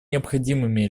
необходимыми